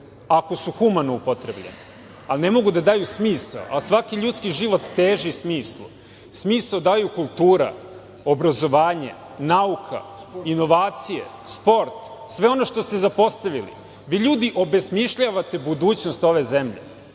ako su humano upotrebljene, ali ne mogu da daju smisao, a svaki ljudski život teži smislu. Smisao daju kultura, obrazovanje, nauka, inovacije, sport, sve ono što ste zapostavili. Vi, ljudi, obesmišljavate budućnost ove zemlje.